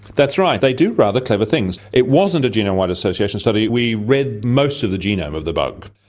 that's right. they do rather clever things. it wasn't a genome-wide association study, we read most of the genome of the bug,